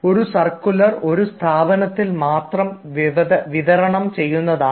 ഒരു സർക്കുലർ ഒരു സ്ഥാപനത്തിൽ മാത്രം വിതരണം ചെയ്യുന്നതാണ്